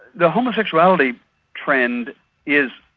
the homosexuality trend is,